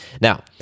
Now